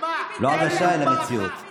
לא הרגשה אלא מציאות.